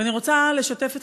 ואני רוצה לשתף אתכם,